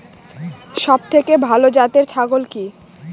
সবথেকে ভালো জাতের ছাগল কি?